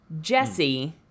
Jesse